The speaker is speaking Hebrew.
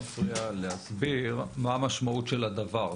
להסביר מה המשמעות של הדבר?